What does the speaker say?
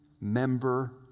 member